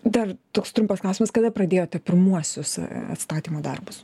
dar toks trumpas klausimas kada pradėjote pirmuosius atstatymo darbus